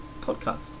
podcast